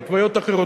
בהתוויות אחרות,